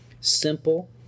simple